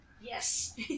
Yes